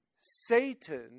Satan